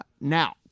Now